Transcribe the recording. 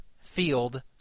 field